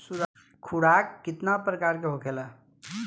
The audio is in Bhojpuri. खुराक केतना प्रकार के होखेला?